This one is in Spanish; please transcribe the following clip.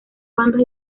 bandos